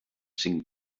cinc